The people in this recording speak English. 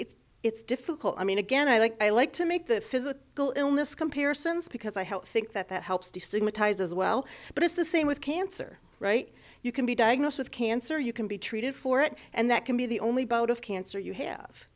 so it's difficult i mean again i like i like to make the physical illness comparisons because i help think that that helps to stigmatize as well but it's the same with cancer right you can be diagnosed with cancer you can be treated for it and that can be the only boat of cancer you have